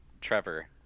Trevor